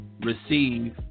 receive